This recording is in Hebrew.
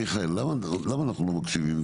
מיכאל, למה אנחנו לא מקשיבים?